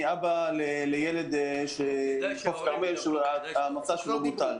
אני אבא לילד מחוף כרמל שהמסע שלו בוטל.